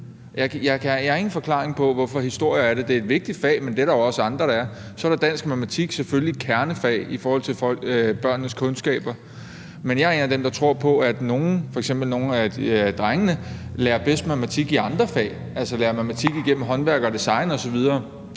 Jeg har ingen forklaring på, hvorfor historie er der; det er et vigtigt fag, men det er der jo også andre, der er. Så er der dansk og matematik, som selvfølgelig er kernefag i forhold til børnenes kundskaber, men jeg er en af dem, der tror på, at nogle, f.eks. nogle af drengene, bedst lærer matematik i andre fag, altså lærer matematik igennem håndværk og design osv.